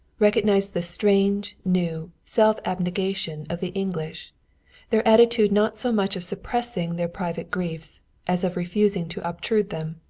recognized the strange new self-abnegation of the english their attitude not so much of suppressing their private griefs as of refusing to obtrude them.